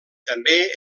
també